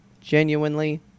genuinely